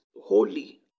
holy